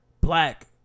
black